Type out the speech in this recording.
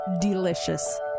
delicious